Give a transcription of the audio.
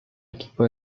equipo